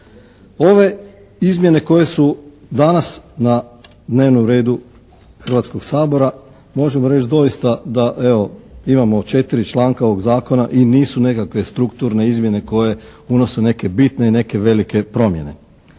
Ove izmjene koje su danas na dnevnom redu Hrvatskog sabora možemo reći doista da evo imamo 4 članka ovog zakona i nisu nekakve strukturne izmjene koje unose neke bitne i neke velike promjene.